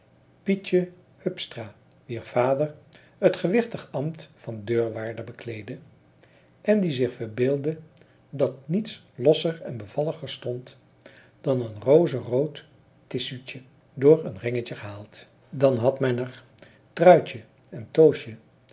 pietje hupstra wier vader het gewichtig ambt van deurwaarder bekleedde en die zich verbeeldde dat niets losser en bevalliger stond dan een rozerood tissuutje door een ringetje gehaald dan had men er truitje en toosje